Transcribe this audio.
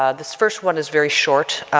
ah this first one is very short,